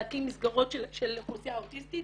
להקים מסגרות של האוכלוסייה האוטיסטית.